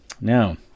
Now